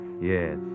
yes